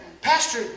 Pastor